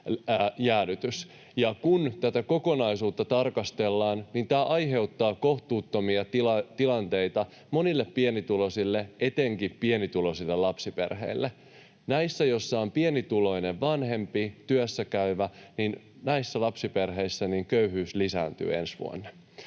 kun tätä kokonaisuutta tarkastellaan, niin tämä aiheuttaa kohtuuttomia tilanteita monille pienituloisille, etenkin pienituloisille lapsiperheille. Sellaisissa lapsiperheissä, joissa on pienituloinen, työssäkäyvä vanhempi, köyhyys lisääntyy ensi vuonna.